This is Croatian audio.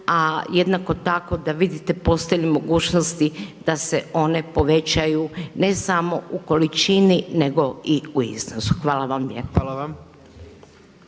a jednako tako da vidite postoji li mogućnosti da se one povećaju ne samo u količini nego i u iznosu. Hvala vam